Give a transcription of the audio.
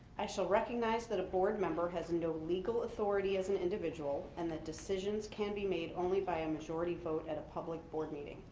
i shall recognize that a board member has no legal authority as an individual and that decisions can be made only by a majority vote at a public board meeting.